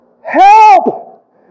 Help